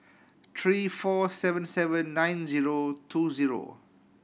three four seven seven nine zero two zero